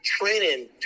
training